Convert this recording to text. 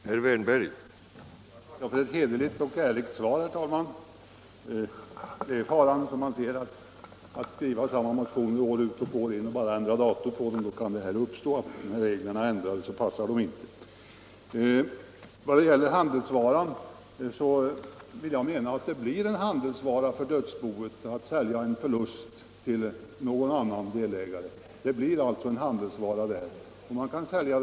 Herr talman! Jag tackar för ett hederligt och ärligt svar. Ni ser här faran med att skriva samma motion år efter år och bara sätta nytt datum på den. När reglerna ändras så innehåller motionen sakfel. Jag menar att det blir fråga om en handelsvara för dödsboet om man säljer en förlust kanske till flera delägare som tidigare har haft aktier i bolaget.